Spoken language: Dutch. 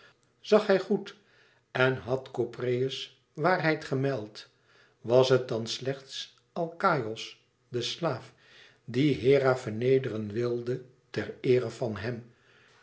zag hij goed en had kopreus waarheid gemeld was het dan slechts alkaïos de slaaf die hera vernederen wilde ter eere hèm